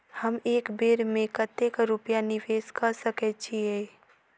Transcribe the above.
हम एक बेर मे कतेक रूपया निवेश कऽ सकैत छीयै?